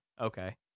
okay